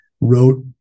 Wrote